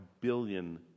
billion